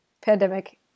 pandemic